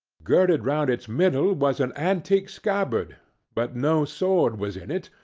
girded round its middle was an antique scabbard but no sword was in it,